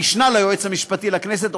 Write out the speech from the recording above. המשנה ליועץ המשפטי של הכנסת,